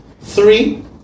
Three